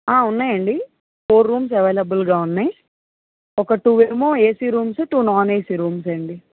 ఉన్నాయండి four rooms అవైలబుల్గా ఉన్నాయి ఒక two room AC rooms two non AC rooms అండి